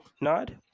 nod